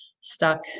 stuck